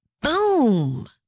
Boom